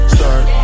Start